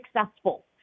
successful